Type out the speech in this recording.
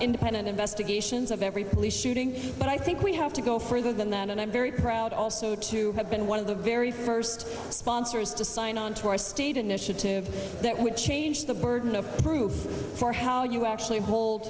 independent investigations of every police shooting but i think we have to go further than that and i'm very proud also to have been one of the very first sponsors to sign on to our state initiative that would change the burden of proof for how you actually hold